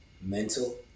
mental